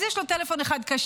אז יש לו טלפון אחד כשר,